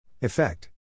Effect